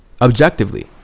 objectively